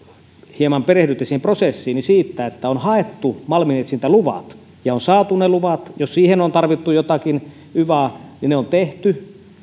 hieman perehdytte siihen prosessiin siitä että on haettu malminetsintäluvat ja on saatu ne luvat jos siihen on tarvittu jotakin yvaa niin ne on tehty